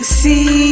see